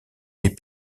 des